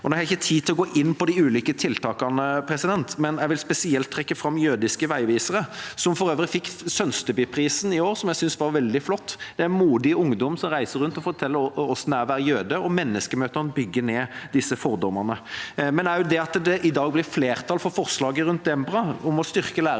Jeg har ikke tid til å gå inn på de ulike tiltakene, men jeg vil spesielt trekke fram Jødiske veivisere, som for øvrig fikk Sønstebyprisen i år, som jeg synes var veldig flott. Det er modig ungdom som reiser rundt og forteller om hvordan det er å være jøde, og menneskemøtene bygger ned disse fordommene. Også det at det i dag blir flertall for forslaget om Dembra, om å styrke det i